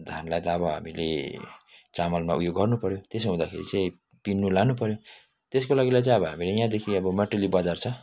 धानलाई त अब हामीले चामलमा उयो गर्नुपऱ्यो त्यसो हुँदाखेरि चाहिँ पिन्नु लानुपऱ्यो त्यसको लागिलाई चाहिँ हामीले यहाँदेखि अब मटेली बजार छ